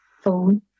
phone